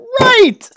right